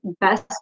best